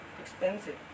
expensive